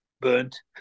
burnt